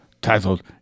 titled